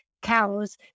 cows